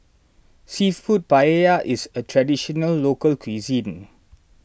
Seafood Paella is a Traditional Local Cuisine